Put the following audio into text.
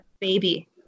baby